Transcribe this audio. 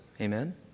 amen